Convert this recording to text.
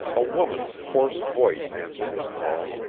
a woman's hoarse voice answered his call,